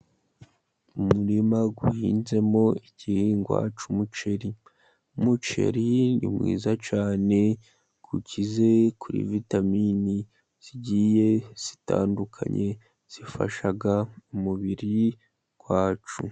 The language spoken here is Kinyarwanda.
Umurima uhinzemo igihingwa cy'umuceri, umuceri ni mwiza cyane, ukize kuri vitamini zigiye zitandukanye, zifasha umubiri wacu.